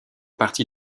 partie